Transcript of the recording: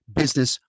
business